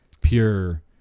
pure